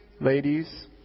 ladies